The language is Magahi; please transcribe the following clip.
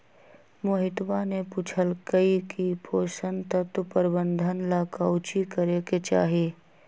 मोहितवा ने पूछल कई की पोषण तत्व प्रबंधन ला काउची करे के चाहि?